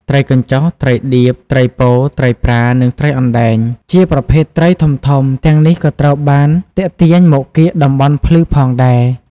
ត្រីកញ្ចុះ ត្រីដៀប ត្រីពោ ត្រីប្រា និងត្រីអណ្តែង ជាប្រភេទត្រីធំៗទាំងនេះក៏ត្រូវបានទាក់ទាញមកកៀកតំបន់ភ្លឺផងដែរ។